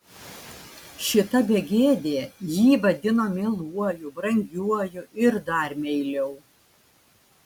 šita begėdė jį vadino mieluoju brangiuoju ir dar meiliau